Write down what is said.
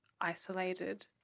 isolated